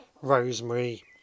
rosemary